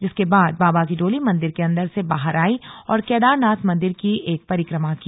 जिसके बाद बाबा की डोली मंदिर के अंदर से बाहर आई और केदारनाथ मंदिर की एक परिक्रमा की